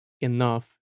enough